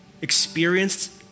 experienced